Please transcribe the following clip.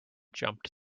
jumped